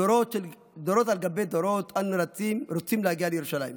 דורות על גבי דורות אנו רוצים להגיע לירושלים.